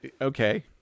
okay